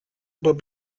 but